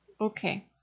Okay